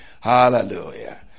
hallelujah